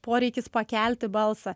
poreikis pakelti balsą